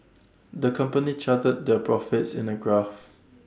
the company charted their profits in the graph